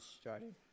started